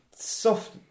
Soft